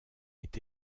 est